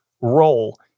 role